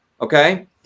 Okay